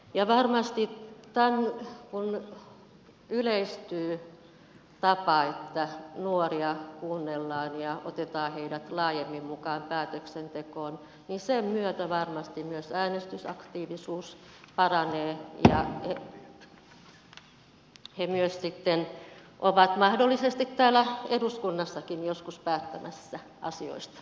ja varmasti kun yleistyy tapa että nuoria kuunnellaan ja otetaan heidät laajemmin mukaan päätöksentekoon niin sen myötä myös äänestysaktiivisuus paranee ja he myös sitten ovat mahdollisesti täällä eduskunnassakin joskus päättämässä asioista